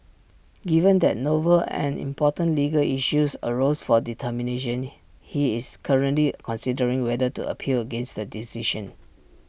given that novel and important legal issues arose for determination he is currently considering whether to appeal against the decision